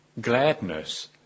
gladness